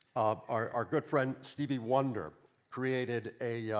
um our our good friend stevie wonder created a yeah